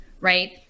right